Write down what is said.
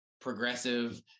progressive